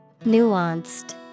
Nuanced